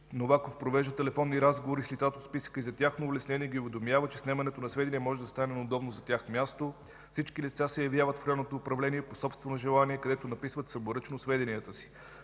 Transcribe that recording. Новаков провежда телефони разговори с лицата от списъка и за тяхно улеснение ги уведомява, че снемането на сведения може да стане на удобно за тях място. Всички лица се явяват в районното управление по собствено желание, където написват собственоръчно сведенията си.